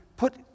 Put